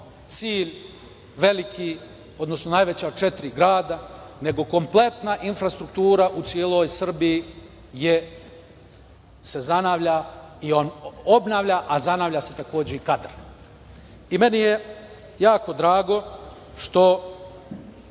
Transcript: cilj veliki, odnosno najveća četiri grada, nego kompletna infrastruktura u celoj Srbiji se zanavlja i obnavlja, a zanavlja se takođe kadar. Meni je jako drago što,